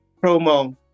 promo